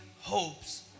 hopes